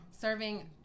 Serving